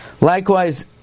Likewise